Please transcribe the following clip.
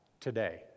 today